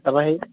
তাৰ পৰা হেৰি